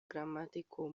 gramatiko